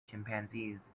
chimpanzees